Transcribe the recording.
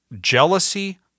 jealousy